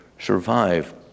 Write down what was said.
survive